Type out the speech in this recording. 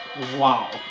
Wow